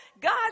God